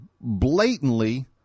blatantly